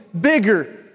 bigger